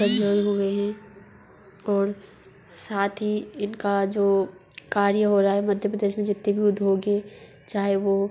हुए हैं और साथ ही इनका जो कार्य हो रहा है मध्य प्रदेश में जितने भी उद्योग है चाहे वह